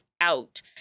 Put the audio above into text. out